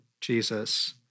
jesus